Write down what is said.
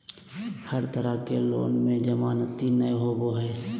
हर तरह के लोन में जमानती नय होबो हइ